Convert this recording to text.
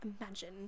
Imagine